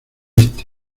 este